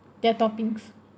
their toppings